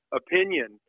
opinion